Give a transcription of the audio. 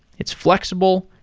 it's flexible,